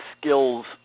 skills